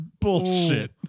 Bullshit